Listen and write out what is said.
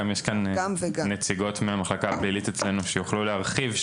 גם יש כאן נציגות מהמחלקה הפלילית אצלנו שיוכלו להרחיב,